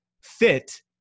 fit